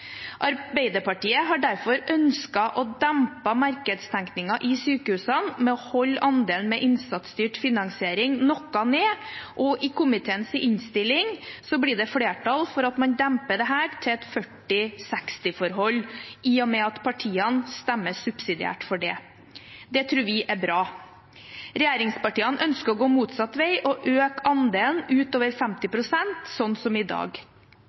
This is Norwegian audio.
Arbeiderpartiet har derfor ønsket å dempe markedstenkningen i sykehusene ved å holde andelen innsatsstyrt finansiering noe nede, og i komiteens innstilling blir det flertall for at man demper dette til et 40/60-forhold, i og med at partiene stemmer subsidiært for det. Det tror vi er bra. Regjeringspartiene ønsker å gå motsatt vei og øke andelen utover 50 pst., slik som i dag.